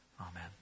Amen